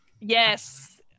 yes